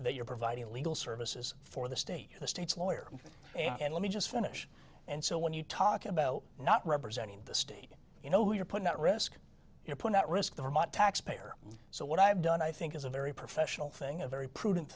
that you're providing a legal services for the state the state's lawyer and let me just finish and so when you talk about not representing the state you know you're putting at risk you're put at risk the vermont taxpayer so what i've done i think is a very professional thing a very pr